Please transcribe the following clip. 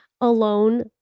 alone